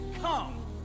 come